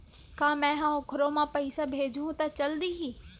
का मै ह कोखरो म पईसा भेजहु त चल देही?